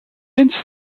since